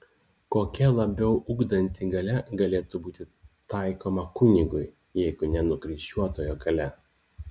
kokia labiau ugdanti galia galėtų būti taikoma kunigui jeigu ne nukryžiuotojo galia